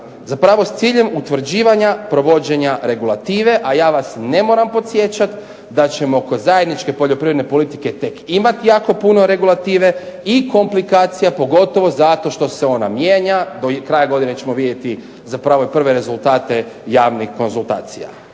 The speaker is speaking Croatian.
zapravo s ciljem utvrđivanja provođenja regulative. A ja vas ne moram podsjećati da ćemo kod zajedničke poljoprivredne politike tek imati jako puno regulative i komplikacija, pogotovo zato što se ona mijenja, do kraja godine ćemo vidjeti zapravo i prve rezultate javnih konzultacija.